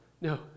no